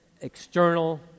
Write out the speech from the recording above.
external